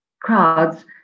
crowds